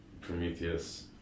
Prometheus